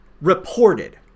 reported